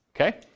Okay